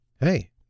hey